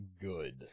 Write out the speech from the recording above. good